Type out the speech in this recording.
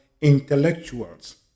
intellectuals